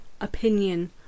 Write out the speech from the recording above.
opinion